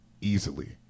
easily